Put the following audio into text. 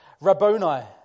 Rabboni